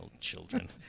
children